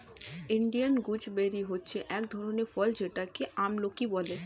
Indian gooseberry হচ্ছে এক ধরনের ফল যেটাকে আমলকি বলে